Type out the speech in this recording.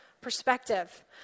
perspective